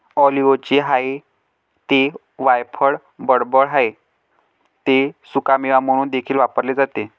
ऑलिव्हचे आहे ते वायफळ बडबड आहे ते सुकामेवा म्हणून देखील वापरले जाते